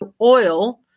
Oil